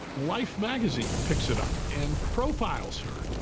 life magazine picks it up and profiles her.